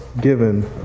given